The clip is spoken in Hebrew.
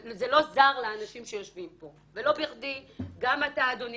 זה לא זר לאנשים שיושבים פה ולא בכדי גם אתה אדוני